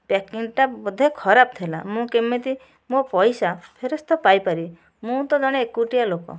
ପ୍ୟାକିଙ୍ଗଟା ବୋଧେ ଖରାପ୍ ଥିଲା ମୁଁ କେମିତି ମୋ ପଇସା ଫେରସ୍ତ ପାଇ ପାରିବି ମୁଁ ତ ଜଣେ ଏକୁଟିଆ ଲୋକ